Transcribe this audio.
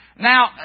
Now